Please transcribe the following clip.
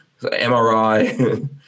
MRI